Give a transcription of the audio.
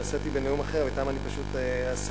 שנשאתי בנאום אחר ואתן אני פשוט אסיים,